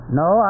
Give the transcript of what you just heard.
no